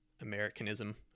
Americanism